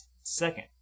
Second